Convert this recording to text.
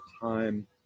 time